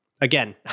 again